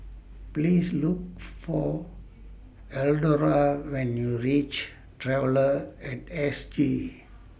Please Look For Eldora when YOU REACH Traveller At S G